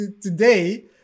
today